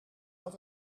had